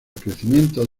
crecimiento